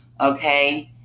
Okay